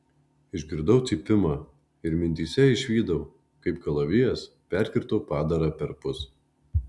išgirdau cypimą ir mintyse išvydau kaip kalavijas perkirto padarą perpus